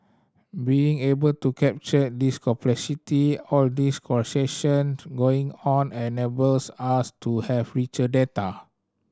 being able to capture this complexity all these procession going on enables us to have richer data